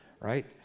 right